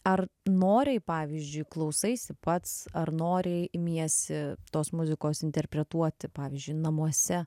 ar noriai pavyzdžiui klausaisi pats ar noriai imiesi tos muzikos interpretuoti pavyzdžiui namuose